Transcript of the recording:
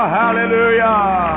hallelujah